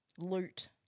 ...loot